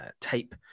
tape